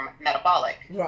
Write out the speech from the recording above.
metabolic